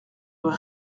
rue